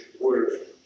word